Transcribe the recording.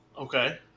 Okay